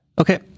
Okay